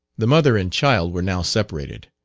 the mother and child were now separated.